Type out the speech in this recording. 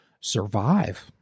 survive